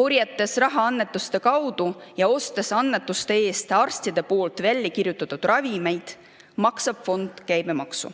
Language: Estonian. Korjates raha annetuste kaudu ja ostes annetuste eest arstide väljakirjutatud ravimeid, maksab fond käibemaksu.